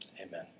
amen